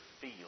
feel